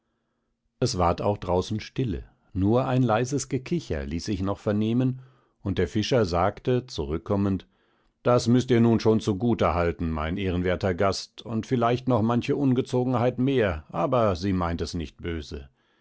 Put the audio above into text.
es ward auch draußen stille nur ein leises gekicher ließ sich noch vernehmen und der fischer sagte zurückkommend das müßt ihr nun schon zugute halten mein ehrenwerter gast und vielleicht noch manche ungezogenheit mehr aber sie meint es nicht böse